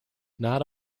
not